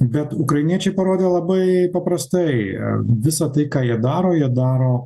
bet ukrainiečiai parodė labai paprastai visa tai ką jie daro jie daro